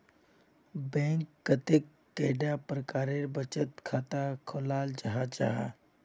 Bank कतेक कैडा प्रकारेर बचत खाता खोलाल जाहा जाहा?